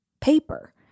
paper